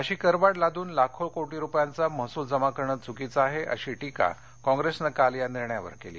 अशी करवाढ लादून लाखो कोटी रुपयांचा महसूल जमा करणे चुकीचे आहे अशी टीका कॉप्रेसनं काल या निर्णयावर केली